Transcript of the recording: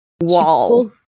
Wall